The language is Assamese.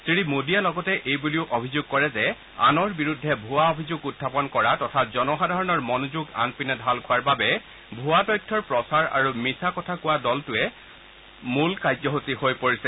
শ্ৰী মোডীয়ে লগতে এইবুলিও অভিযোগ কৰে যে আনৰ বিৰুদ্ধে ভুৱা অভিযোগ উখাপন কৰা তথা জনসাধাৰণৰ মনোযোগ আন পিনে ঢাল খোৱাৰ বাবে ভুৱা তথ্যৰ প্ৰচাৰ আৰু মিছা মতাটোৱে দলটোৰ মূল কাৰ্যসূচী হৈ পৰিছে